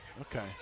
Okay